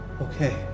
Okay